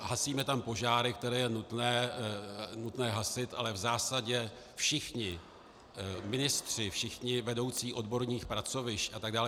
Hasíme tam požáry, které je nutné hasit, ale v zásadě všichni ministři, všichni vedoucí odborných pracovišť atd.